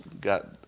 got